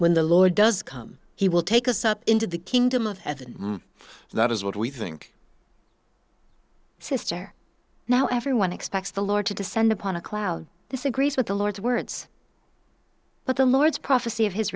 when the lord does come he will take us up into the kingdom of heaven that is what we think sister now everyone expects the lord to descend upon a cloud this agrees with the lord's words but the lord's prophecy of his